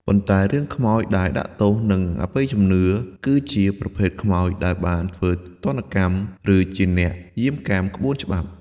ប៉ុន្តែរឿងខ្មោចដែលដាក់ទោស និងអបិយជំនឿ គឺជាប្រភេទខ្មោចដែលបានធ្វើទណ្ឌកម្ម ឬជាអ្នកយាមកាមក្បួនច្បាប់។